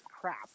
crap